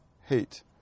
hate